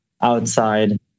outside